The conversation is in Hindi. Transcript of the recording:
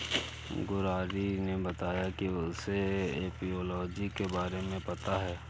मुरारी ने बताया कि उसे एपियोलॉजी के बारे में पता है